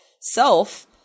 self